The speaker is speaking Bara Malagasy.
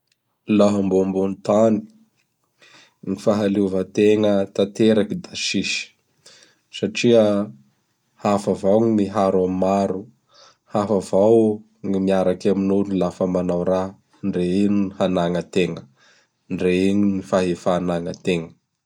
Laha mbô ambonin' gny tany. Gny fahaleovan-tegna tanteraky da tsisy satria hafa avao gny miharo am maro. Hafa avao gny miaraky amin'olo lafa manao raha, ndre ino gny hanagnategna, ndre ino gny fahefa anagnategna.